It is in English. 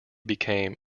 became